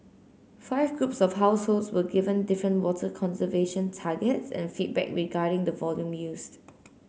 five groups of households were given different water conservation targets and feedback regarding the volume used